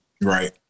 Right